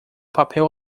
papel